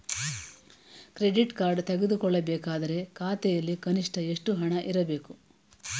Credit card ತೆಗೆದುಕೊಳ್ಳಬೇಕಾದರೆ ಖಾತೆಯಲ್ಲಿ ಕನಿಷ್ಠ ಎಷ್ಟು ಹಣ ಇರಬೇಕು?